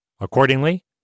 Accordingly